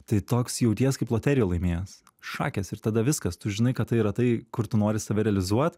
tai toks jauties kaip loteriją laimėjęs šakės ir tada viskas tu žinai kad tai yra tai kur tu nori save realizuot